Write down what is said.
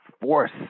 force